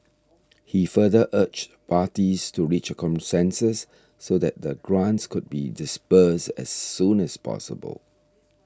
he further urged parties to reach consensus so that the grants could be disbursed as soon as possible